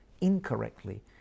incorrectly